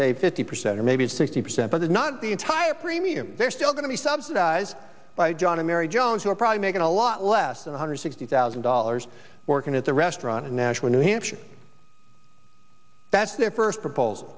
pay fifty percent or maybe sixty percent but they're not the entire premium they're still going to be subsidized by john and mary jones who are probably making a lot less than one hundred sixty thousand dollars working at the restaurant in nashua new hampshire that's their first propos